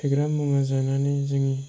फेग्रा मुवा जानानै जोंनि